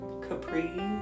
capri